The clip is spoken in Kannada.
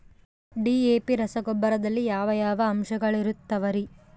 ಡಿ.ಎ.ಪಿ ರಸಗೊಬ್ಬರದಲ್ಲಿ ಯಾವ ಯಾವ ಅಂಶಗಳಿರುತ್ತವರಿ?